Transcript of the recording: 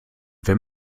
wenn